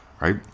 right